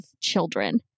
children